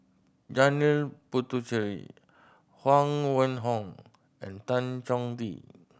Janil Puthucheary Huang Wenhong and Tan Chong Tee